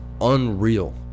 unreal